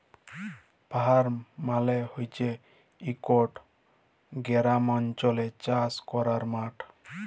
farm মালে হছে ইকট গেরামাল্চলে চাষ ক্যরার মাঠ